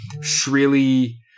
shrilly